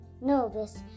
nervous